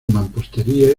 mampostería